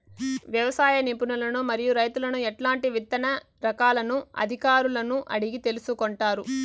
వ్యవసాయ నిపుణులను మరియు రైతులను ఎట్లాంటి విత్తన రకాలను అధికారులను అడిగి తెలుసుకొంటారు?